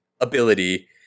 ability